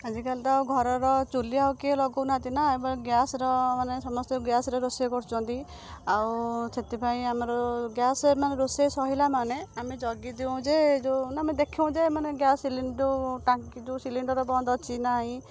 ଆଜିକାଲି ତ ଆଉ ଘରର ଚୁଲି ଆଉ କିଏ ଲଗାଉ ନାହାଁନ୍ତି ନା ଏବେ ଗ୍ୟାସ୍ର ମାନେ ସମସ୍ତେ ଗ୍ୟାସ୍ରେ ରୋଷେଇ କରୁଛନ୍ତି ଆଉ ସେଥିପାଇଁ ଆମର ଗ୍ୟାସ୍ରେ ମାନେ ରୋଷେଇ ସରିଲା ମାନେ ଆମେ ଜଗିଦେଉ ଯେ ଯେଉଁ ଆମେ ଦେଖାଉ ଯେ ମାନେ ଗ୍ୟାସ୍ ଯେଉଁ ଟାଙ୍କି ଯେଉଁ ସିଲିଣ୍ଡର୍ ବନ୍ଦ ଅଛି ନାହିଁ